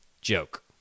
Joke